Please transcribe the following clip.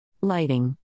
Lighting